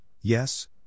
yes